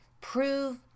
Prove